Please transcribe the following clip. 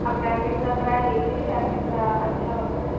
आप डायमंड का करा लीजिए डायमंड का अच्छा होता है